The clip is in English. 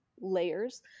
layers